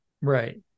right